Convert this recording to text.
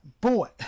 boy